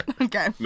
Okay